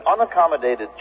unaccommodated